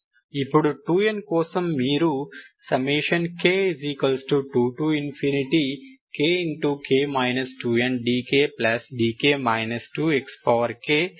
ఇప్పుడు 2n కోసం మీరుk2kk 2ndkdk 2xk 1 2nd1x ను ఎంచుకోవాలి